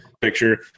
picture